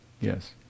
Yes